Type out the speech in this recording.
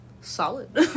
solid